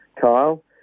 Kyle